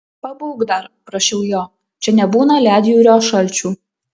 pabūk dar prašiau jo čia nebūna ledjūrio šalčių